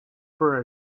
for